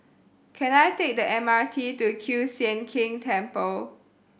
can I take the M R T to Kiew Sian King Temple